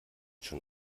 schon